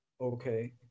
okay